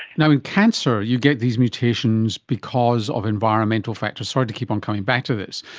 and um in cancer, you get these mutations because of environmental factors, sorry to keep on coming back to this.